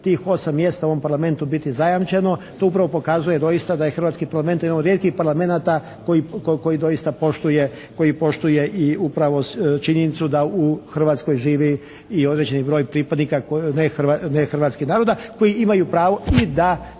tih 8 mjesta u ovom Parlamentu biti zajamčeno. To upravo pokazuje doista da je hrvatski Parlament jedan od rijetkih parlamenata koji doista poštuje i upravo činjenicu da u Hrvatskoj živi i određeni broj pripadnika nehrvatskih naroda koji imaju pravo i da